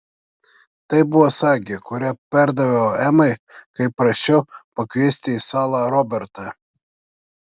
tai buvo sagė kurią perdaviau emai kai prašiau pakviesti į salą robertą